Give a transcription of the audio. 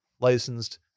licensed